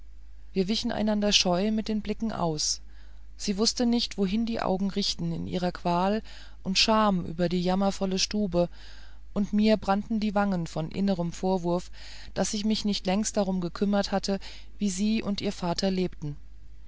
wir wichen einander scheu mit den blicken aus sie wußte nicht wohin die augen richten in ihrer qual und scham über die jammervolle stube und mir brannten die wangen von innerem vorwurf daß ich mich nicht längst darum gekümmert hatte wie sie und ihr vater lebten